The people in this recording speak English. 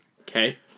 Okay